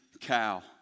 cow